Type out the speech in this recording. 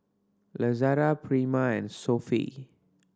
Lazada Prima and Sofy